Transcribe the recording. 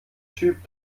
typ